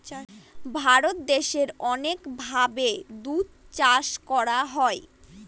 ভারত দেশে অনেক ভাবে দুধ চাষ করা হয়